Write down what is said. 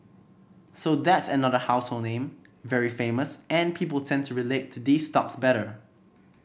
so that's another household name very famous and people tend to relate to these stocks better